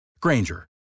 Granger